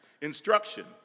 instruction